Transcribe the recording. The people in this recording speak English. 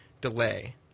delay